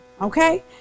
okay